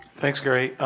thanks, gary.